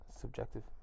subjective